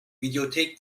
videothek